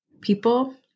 people